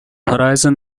horizon